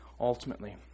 ultimately